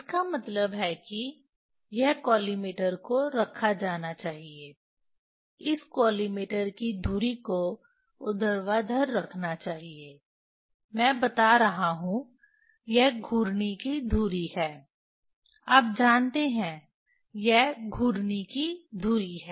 इसका मतलब है कि यह कॉलिमेटर को रखा जाना चाहिए इस कॉलिमेटर की धुरी को ऊर्ध्वाधर रखना चाहिए मैं बता रहा हूं यह घूर्णी की धुरी है आप जानते हैं यह घूर्णी की धुरी है